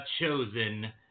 chosen